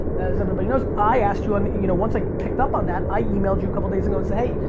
as everybody knows, i asked you, um you know once like picked up on that, i emailed you a couple days ago and said, hey,